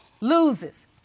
loses